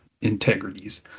integrities